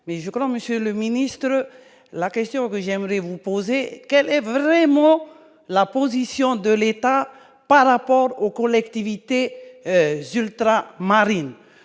mais je crois Monsieur le ministre, la question que j'aimerais vous poser quelle est vraiment la position de l'État par rapport au cours Lecter vite c'est ultra-marine